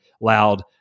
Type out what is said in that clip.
loud